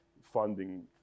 funding